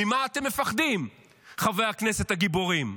ממה אתם מפחדים, חברי הכנסת הגיבורים?